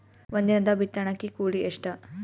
ಒಂದಿನದ ಬಿತ್ತಣಕಿ ಕೂಲಿ ಎಷ್ಟ?